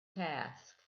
task